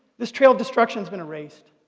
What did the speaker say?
this trail of destruction's been erased,